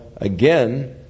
again